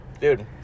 Dude